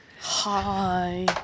Hi